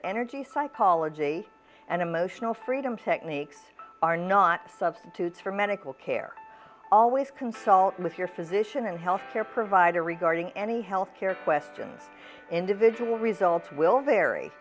energy psychology and emotional freedom techniques are not substitutes for medical care always consult with your physician and healthcare provider regarding any health care questions individual results will vary